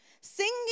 singing